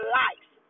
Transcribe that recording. life